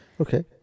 Okay